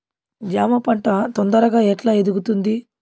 జామ పంట తొందరగా ఎట్లా ఎదుగుతుంది?